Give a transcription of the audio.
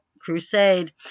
crusade